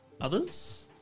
others